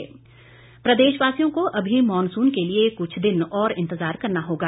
मौसम प्रदेशवासियों को अभी मॉनसून के लिए कुछ दिन और इंतजार करना होगा